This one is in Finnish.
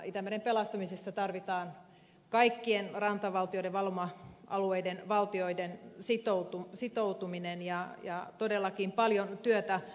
itämeren pelastamisessa tarvitaan kaikkien rantavaltioiden valuma alueiden valtioiden sitoutuminen ja todellakin paljon työtä tehdään